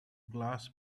glass